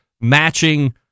matching